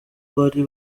bari